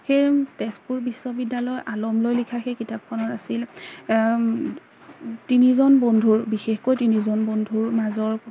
সেই তেজপুৰ বিশ্ববিদ্যালয় আলমলৈ লিখা সেই কিতাপখনৰ আছিল তিনিজন বন্ধুৰ বিশেষকৈ তিনিজন বন্ধুৰ মাজৰ